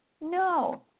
No